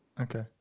Okay